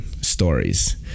stories